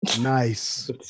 Nice